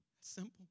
simple